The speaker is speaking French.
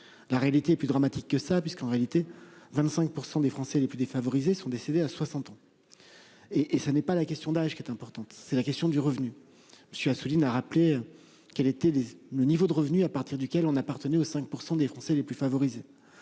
la réalité est plus dramatique que cela : 25 % des Français les plus défavorisés sont décédés à 60 ans. C'est non pas la question d'âge qui est importante, mais celle du revenu. M. Assouline a rappelé le niveau de revenu à partir duquel on appartenait aux 5 % des Français les plus favorisés.